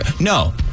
No